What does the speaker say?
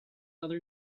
other